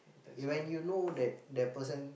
you when you know that that person